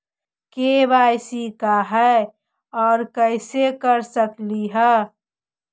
KYC का है, और कैसे कर सकली हे?